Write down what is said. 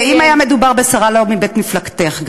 ואם היה מדובר בשרה לא מבית מפלגתך,